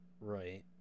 Right